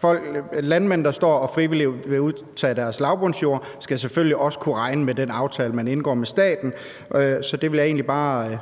For landmænd, der står og frivilligt vil udtage deres lavbundsjord, skal selvfølgelig også kunne regne med den aftale, man indgår med staten. Så det vil jeg egentlig bare